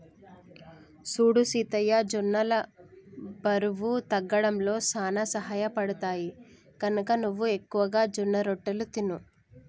సూడు సీత జొన్నలు బరువు తగ్గడంలో సానా సహయపడుతాయి, గనక నువ్వు ఎక్కువగా జొన్నరొట్టెలు తిను